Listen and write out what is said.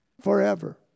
forever